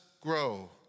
grow